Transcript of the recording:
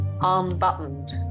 unbuttoned